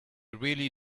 really